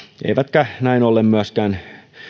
eivätkä näin ollen myöskään